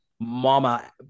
mama